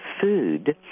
food